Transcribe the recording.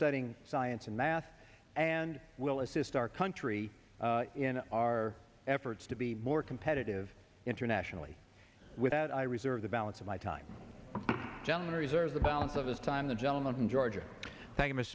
studying science and math and will assist our country in our efforts to be more competitive internationally without i reserve the balance of my time gentleman reserves the balance of his time the gentleman from georgia